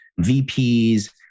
VPs